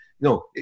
No